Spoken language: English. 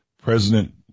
President